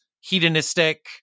hedonistic